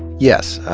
yes.